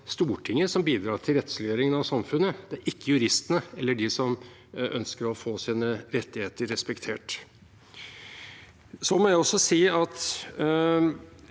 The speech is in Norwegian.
Stortinget som bidrar til rettsliggjøring av samfunnet, ikke juristene eller de som ønsker å få sine rettigheter respektert. Jeg må også si